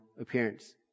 appearance